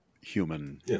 human